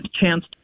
chance